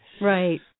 Right